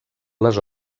les